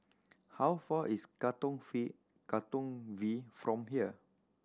how far is Katong Katong V from here